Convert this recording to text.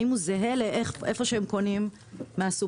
האם הוא זהה למחיר שבו הם רוכשים בסופר.